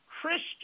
Christian